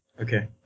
Okay